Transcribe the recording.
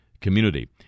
community